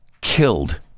Killed